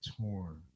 torn